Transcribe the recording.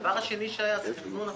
הדבר השני הוא תכנון החשמל.